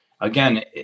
again